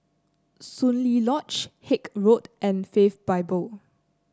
Soon Lee Lodge Haig Road and Faith Bible